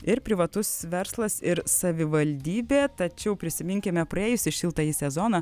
ir privatus verslas ir savivaldybė tačiau prisiminkime praėjusį šiltąjį sezoną